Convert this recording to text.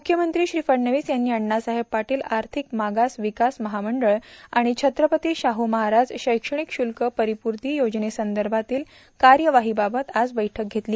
मुख्यमंत्री श्री फडणवीस यांनी अण्णासाहेब पाटील आर्थिक मागास विकास महामंडळ आणि छत्रपती शाहू महाराज शैक्षणिक शुल्क परिपूर्ती योजनेसंदर्भातील कार्यवाहीबाबत आज बैठक घेतली